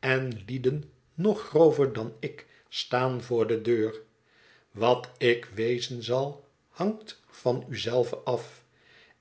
en lieden nog grover dan ik staan voor de deur wat ik wezen zal hangt van u zelve af